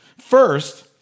First